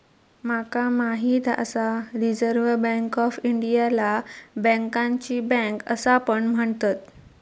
माका माहित आसा रिझर्व्ह बँक ऑफ इंडियाला बँकांची बँक असा पण म्हणतत